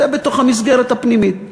זה בתוך המסגרת הפנימית.